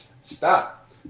stop